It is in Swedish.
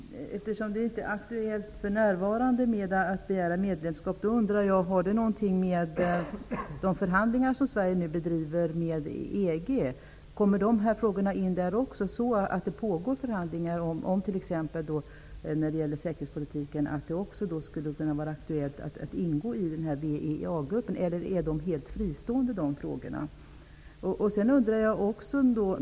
Herr talman! Eftersom det inte är aktuellt för närvarande att begära medlemskap, undrar jag om det har någonting att göra med de förhandlingar som Sverige nu bedriver med EG. Kommer dessa frågor in även i det sammanhanget? Pågår det förhandlingar, t.ex. när det gäller säkerhetspolitiken, om att det skulle kunna vara aktuellt att ingå i WEAG-gruppen? Eller är dessa frågor helt fristående?